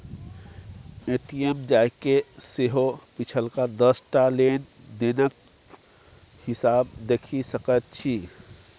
ATM जाकए सेहो पिछलका दस टा लेन देनक हिसाब देखि सकैत छी